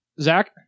Zach